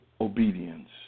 obedience